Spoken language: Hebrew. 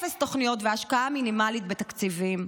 אפס תוכניות והשקעה מינימלית בתקציבים.